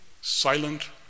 silent